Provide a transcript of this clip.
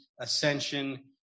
ascension